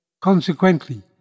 Consequently